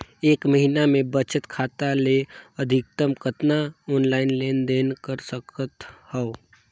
एक महीना मे बचत खाता ले अधिकतम कतना ऑनलाइन लेन देन कर सकत हव?